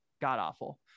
god-awful